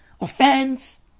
Offense